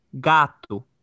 Gato